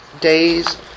days